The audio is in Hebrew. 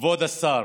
כבוד השר,